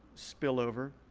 spillover.